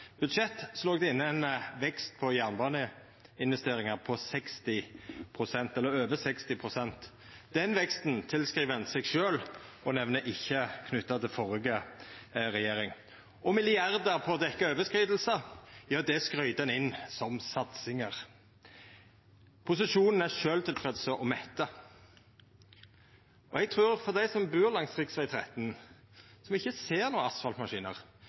budsjett låg det inne ein vekst på jernbaneinvesteringar på over 60 pst. Den veksten tek ein æra for sjølv og nemner ikkje at det er knytt til førre regjering. Milliardar på å dekkja overskridingar skryter ein inn som satsingar. Posisjonen er sjølvtilfredse og mette. Eg trur at dei som bur langs rv. 13, som ikkje ser nokon asfaltmaskinar,